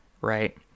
right